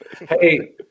Hey